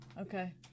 Okay